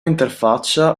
interfaccia